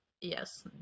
Yes